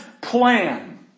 plan